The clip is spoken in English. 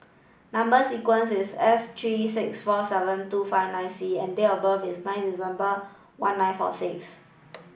number sequence is S three six four seven two five nine C and date of birth is nine December one nine four six